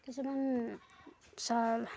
কিছুমান ছাল